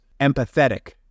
empathetic